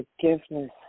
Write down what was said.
forgiveness